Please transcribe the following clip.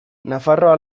nafarroa